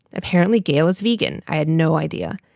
apparently, gail is vegan. i had no idea.